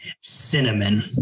Cinnamon